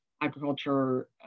agriculture